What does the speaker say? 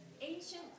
ancient